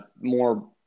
more